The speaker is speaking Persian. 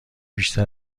بیشتر